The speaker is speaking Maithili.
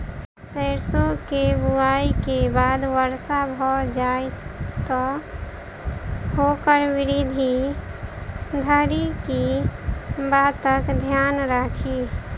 सैरसो केँ बुआई केँ बाद वर्षा भऽ जाय तऽ ओकर वृद्धि धरि की बातक ध्यान राखि?